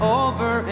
over